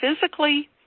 physically